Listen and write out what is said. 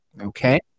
Okay